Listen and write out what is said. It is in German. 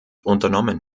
unternommen